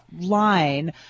line